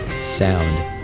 sound